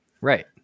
Right